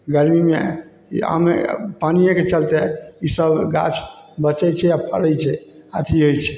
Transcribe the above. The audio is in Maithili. गरमीमे ई आमे या पानिएके चलिते ईसब गाछ बचै छै आओर फड़ै छै अथी होइ छै